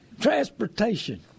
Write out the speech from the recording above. transportation